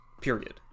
period